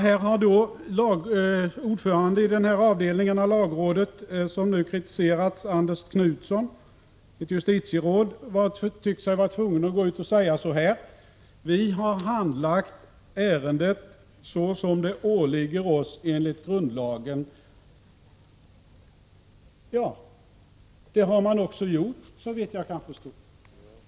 Här har ordföranden i den avdelning av lagrådet som nu kritiserats — Anders Knutsson, ett justitieråd — ansett sig vara tvungen att gå ut och säga: Vi har handlagt ärendet så som det åligger oss enligt grundlagen. Ja, det har man också gjort, såvitt jag kan förstå.